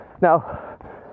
Now